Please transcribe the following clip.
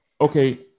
okay